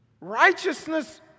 righteousness